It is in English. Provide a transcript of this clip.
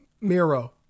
Miro